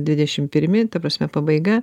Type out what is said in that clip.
dvidešim pirmi ta prasme pabaiga